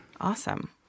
Awesome